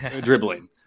dribbling